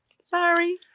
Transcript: sorry